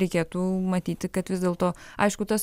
reikėtų matyti kad vis dėlto aišku tas